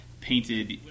painted